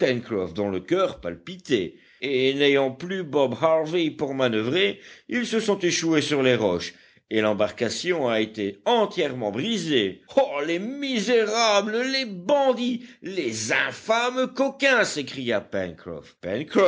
dont le coeur palpitait et n'ayant plus bob harvey pour manoeuvrer ils se sont échoués sur les roches et l'embarcation a été entièrement brisée ah les misérables les bandits les infâmes coquins s'écria